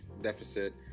deficit